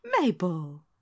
mabel